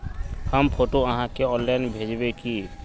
हम फोटो आहाँ के ऑनलाइन भेजबे की?